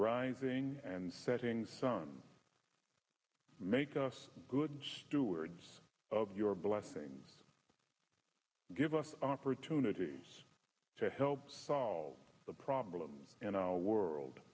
rising and setting sun make us good stewards of your blessings give us opportunities to help solve the problems in our world